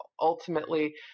ultimately